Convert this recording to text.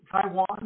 taiwan